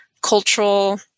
cultural